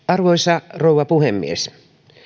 arvoisa rouva puhemies